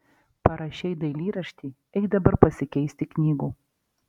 parašei dailyraštį eik dabar pasikeisti knygų